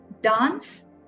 dance